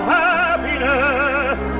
happiness